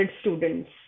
students